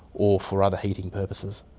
or for other heating purposes.